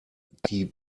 die